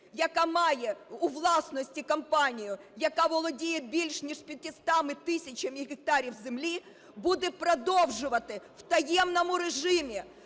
яка має у власності компанію, яка володіє більше ніж 500 тисячами гектарів землі, буде продовжувати в таємному режимі